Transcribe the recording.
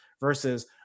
versus